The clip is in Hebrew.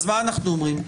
אז מה אנחנו אומרים?